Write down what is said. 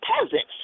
peasants